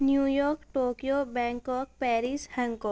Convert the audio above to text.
new York Tokyo Bangkok Paris